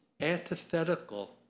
antithetical